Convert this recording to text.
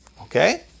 Okay